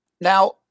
Now